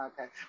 Okay